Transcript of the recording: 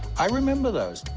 i remember those.